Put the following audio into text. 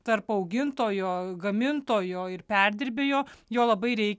tarp augintojo gamintojo ir perdirbėjo jo labai reikia